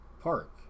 park